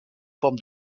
forme